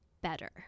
better